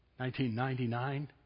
1999